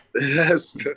Yes